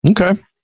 Okay